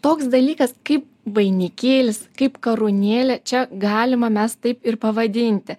toks dalykas kaip vainikėlis kaip karūnėlė čia galima mes taip ir pavadinti